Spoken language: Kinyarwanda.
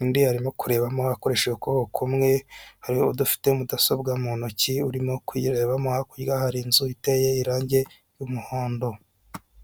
undi arimo kurebamo akoresheje ukuboko kumwe, hari undi ufite mudasobwa mu ntoki urimo kuyirebamo, hakurya hari inzu iteye irangi ry'umuhondo.